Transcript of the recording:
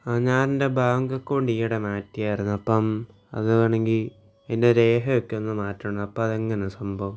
ആ ഞാൻ എൻ്റെ ബാങ്ക് അക്കൗണ്ട് ഈയിടെ മാറ്റിയാരുന്നു അപ്പോള് അതാണെങ്കില് അതിൻ്റെ രേഖയൊക്കെ ഒന്ന് മാറ്റണം അപ്പോള് അത് എങ്ങനാണു സംഭവം